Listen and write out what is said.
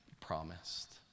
promised